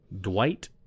Dwight